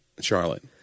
Charlotte